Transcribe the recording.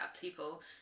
people